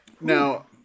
now